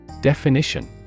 Definition